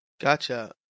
Gotcha